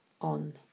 on